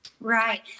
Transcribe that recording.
right